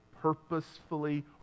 purposefully